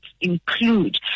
include